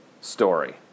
story